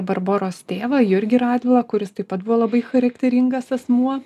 barboros tėvą jurgį radvilą kuris taip pat buvo labai charakteringas asmuo